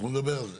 אנחנו נדבר על זה.